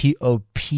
POP